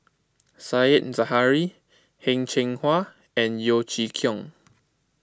Said Zahari Heng Cheng Hwa and Yeo Chee Kiong